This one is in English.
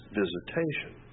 visitation